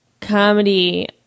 comedy